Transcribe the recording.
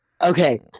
Okay